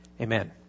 Amen